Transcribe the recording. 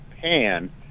pan